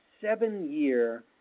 seven-year